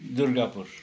Durgapur